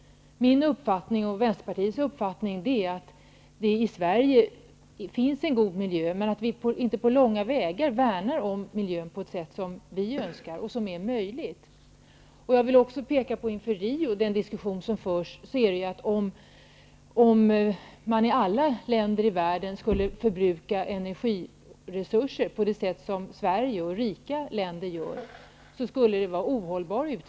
Min och Vänsterpartiets uppfattning är att det finns en god miljö i Sverige, men att miljön värnas inte på långa vägar på det sätt vi önskar är möjligt. Den diskussion som förs inför Rio-konferensen går ut på att om man i alla länder i världen skulle förbruka energiresurser på det sätt som Sverige och andra rika länder gör skulle utvecklingen vara ohållbar.